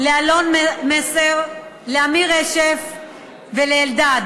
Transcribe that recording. לאלון מסר, לאמיר רשף ולאלדד,